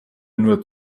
nur